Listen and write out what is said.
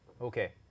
Okay